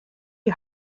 you